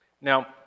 Now